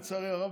לצערי הרב,